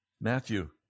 Matthew